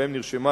שבהם נרשמה